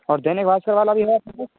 और दैनिक भास्कर वाला भी है आपके